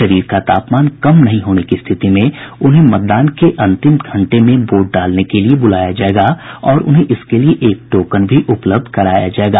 शरीर का तापमान कम नहीं होने की स्थिति में उन्हें मतदान के अंतिम घंटे में वोट डालने के लिये बुलाया जायेगा और उन्हें इसके लिये एक टोकन भी उपलब्ध कराया जायेगा